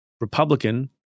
Republican